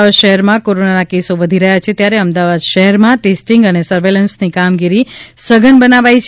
અમદાવાદ શહેરમાં કોરોનાના કેસો વધી રહ્યાં છે ત્યારે અમદાવાદ શહેરમાં ટેસ્ટીંગ અને સર્વેલન્સની કામગીરી સઘન બનાવાઈ છે